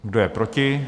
Kdo je proti?